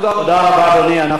אנחנו עוברים להצבעה.